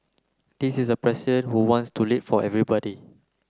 this is a president who wants to lead for everybody